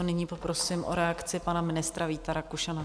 Nyní poprosím o reakci pana ministra Víta Rakušana.